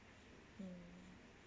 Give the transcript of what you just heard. mm